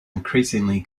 increasingly